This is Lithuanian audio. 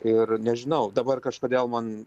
ir nežinau dabar kažkodėl man